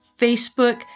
Facebook